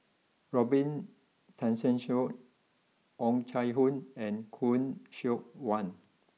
Robin Tessensohn Oh Chai Hoo and Khoo Seok Wan